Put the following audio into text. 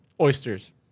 Oysters